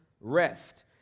rest